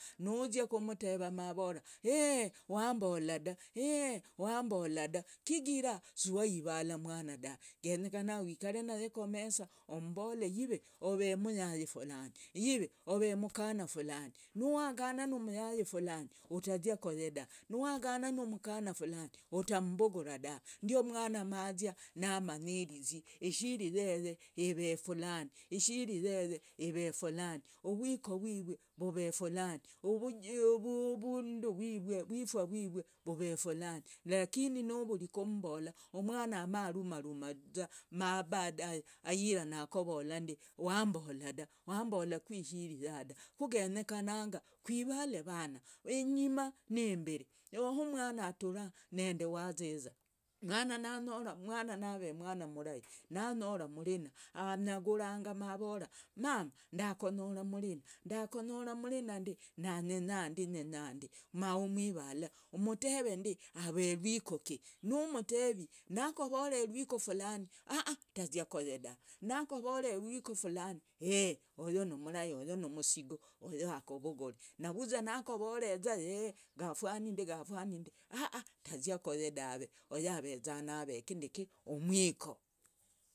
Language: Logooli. Nuzya kumteva mavora hie wambola dah, hi wambola da kijira suwaivala mwanada, genyekana wikare nangaye komesa ummbole yivi ove myayi fulani, yivi ove mkana fulani nuwagana numyaye fulani utazia koyeda, nuwagana numkana fulani utammbugura dave, ndio umwana mazia namanyirizi ishiri yeye eve fulani, uvwiko vwivwe vove fulani, ura uvundu vwivwe vove fulani lakini nuvuri kummbola umwana amarumarumaza ma baadae irana akovolandi wambolada, wambolaku ishiri ya? Ku genyekananga kwivale avana inyima nimbiri uhumwana watura nindi waziza, mwana nanyora mwana nav mwana murahi nanyora mrina anyaguranga mavora mama ndakonyora mrina ndi na nyenyandi nyenyandi ma umwivala umteve ndii ave vwiko kii, numtevi nakovole uvwiko fulani ah ah tazia koye dave, nakovole uvwiko fulani ye oyo numrahi, numsigu oyo akuvuguri nakovoreza y gafwanindi gafwanindi, ah ah tazia koye daave aveza nave umwiko.